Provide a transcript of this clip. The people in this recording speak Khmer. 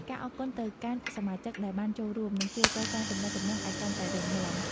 ការអរគុណទៅកាន់សមាជិកដែលបានចូលរួម នឹងជួយកសាងទំនាក់ទំនងឱ្យកាន់តែរឹងមាំ។